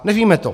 Nevíme to.